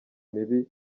mibi